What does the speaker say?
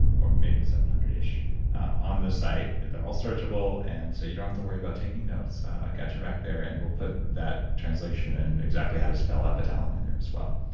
or maybe seven hundred ish on the site. they're all searchable and so you don't have to worry about taking notes. i got your back there and we'll put that translation and exactly how to spell epitalon in there as well